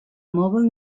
mobile